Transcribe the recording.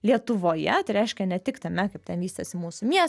lietuvoje tai reiškia ne tik tame kaip ten vystėsi mūsų mies